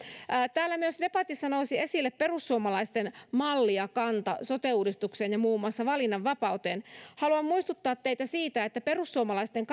täällä nousi debatissa esille myös perussuomalaisten malli ja kanta sote uudistukseen ja muun muassa valinnanvapauteen haluan muistuttaa teitä siitä että perussuomalaisten